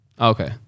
okay